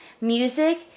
music